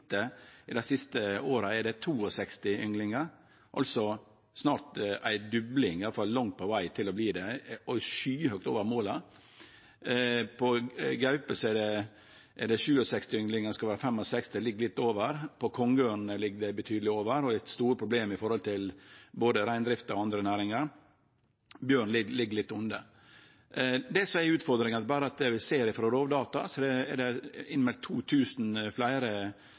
Snittet for dei siste åra er 62 ynglingar – altså langt på veg til å vere ei dobling, og skyhøgt over bestandsmålet. Når det gjeld gaupe, er det 67 ynglingar, og det skal vere 65 – det ligg altså litt over. Kongeørna ligg betydeleg over bestandsmålet, og det er store problem knytte til både reindrift og andre næringar. For bjørn ligg tala litt under bestandsmålet. Det som er ei utfordring, er at det ifølgje Rovdata er meldt inn 2 000 fleire dyr som er tapte til rovdyr i beiteområde, og det er